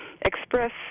express